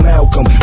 Malcolm